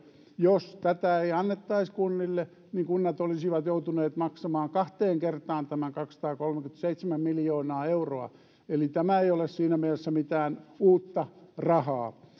jos tätä ei annettaisi kunnille niin kunnat olisivat joutuneet maksamaan kahteen kertaan tämän kaksisataakolmekymmentäseitsemän miljoonaa euroa eli tämä ei ole siinä mielessä mitään uutta rahaa